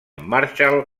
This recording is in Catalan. marshall